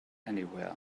anywhere